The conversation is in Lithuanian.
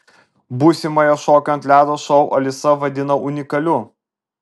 būsimąją šokių ant ledo šou alisa vadina unikaliu